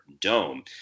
dome